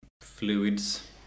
fluids